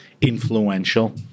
influential